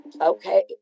Okay